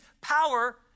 Power